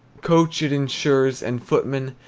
coach it insures, and footmen,